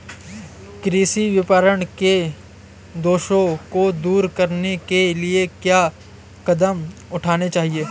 कृषि विपणन के दोषों को दूर करने के लिए क्या कदम उठाने चाहिए?